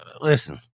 Listen